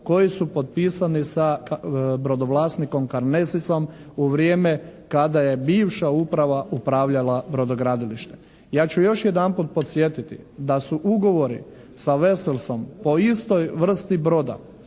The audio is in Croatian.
koji su potpisani sa brodovlasnikom Karnesisom u vrijeme kada je bivša uprava upravljala brodogradilištem. Ja ću još jedanput podsjetiti da su ugovori sa "Veselsom" po istoj vrsti broda